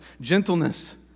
gentleness